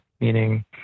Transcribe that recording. meaning